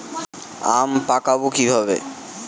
আম পাকাবো কিভাবে?